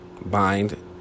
bind